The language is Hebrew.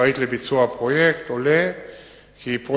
ביום כ"ט בכסלו התש"ע (16 בדצמבר 2009): אף